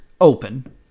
open